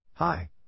Hi